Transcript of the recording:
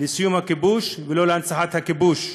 לסיום הכיבוש, ולא להנצחת הכיבוש.